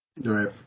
Right